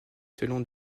selon